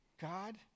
God